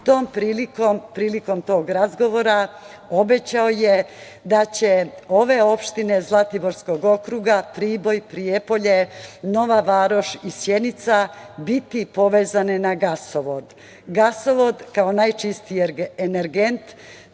Prilikom tog razgovora obećao je da će ove opštine Zlatiborskog okruga Priboj, Prijepolje, Nova Varoš i Sjenica biti povezane na gasovod. Gasovod kao najčistiji energent